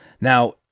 Now